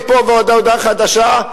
מפה ועד הודעה חדשה,